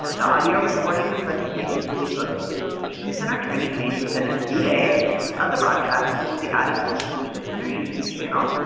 the audio recording and presentations will be posted to the solutions center training page, within a few days of the broadcast. and will be added to the solutions center youtube channel,